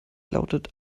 lautet